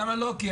למה לא?